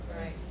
Right